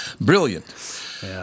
Brilliant